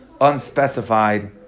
unspecified